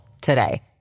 today